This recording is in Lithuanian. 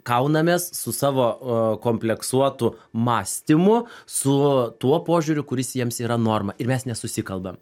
kaunamės su savo a kompleksuotu mąstymu su tuo požiūriu kuris jiems yra norma ir mes nesusikalbam